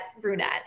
brunette